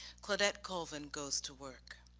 claudette colvin goes to work.